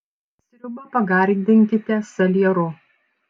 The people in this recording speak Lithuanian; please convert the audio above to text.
sriubą pagardinkite salieru